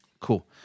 cool